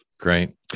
Great